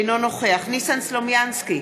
אינו נוכח ניסן סלומינסקי,